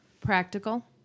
Practical